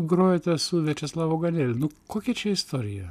grojote su viačeslavu ganelinu nu kokia čia istorija